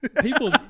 people